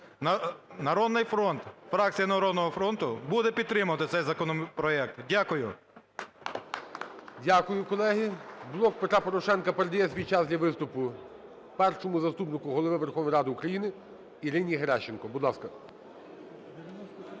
"Народний фронт", фракція "Народного фронту" буде підтримувати цей законопроект. Дякую. ГОЛОВУЮЧИЙ. Дякую, колеги. "Блок Петра Порошенка" передає свій час для виступу Першому заступнику Голови Верховної Ради Ірині Геращенко. Будь ласка.